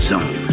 Zone